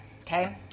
okay